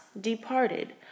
departed